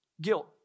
guilt